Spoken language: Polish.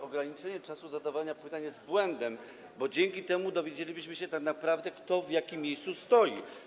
Ograniczenie czasu zadawania pytań jest błędem, bo dzięki temu dowiedzielibyśmy się, kto tak naprawdę w jakim miejscu stoi.